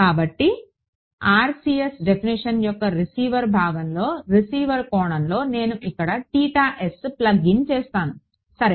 కాబట్టి RCS definition యొక్క receiver భాగంలో రిసీవర్ కోణంలో నేను ఇక్కడ ప్లగ్ ఇన్ చేస్తాను సరే